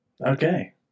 Okay